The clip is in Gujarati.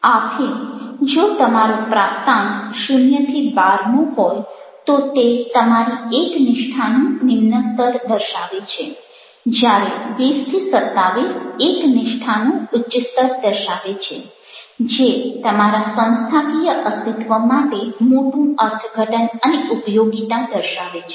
આથી જો તમારો પ્રાપ્તાંક 0 12 નો હોય તો તે તમારી એકનિષ્ઠાનું નિમ્ન સ્તર દર્શાવે છે જ્યારે 20 27 એકનિષ્ઠાનું ઉચ્ચ સ્તર દર્શાવે છે જે તમારા સંસ્થાકીય અસ્તિત્વ માટે મોટું અર્થઘટન અને ઉપયોગિતા દર્શાવે છે